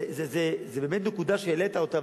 זאת באמת נקודה שהעלית אותה,